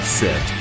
set